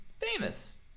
famous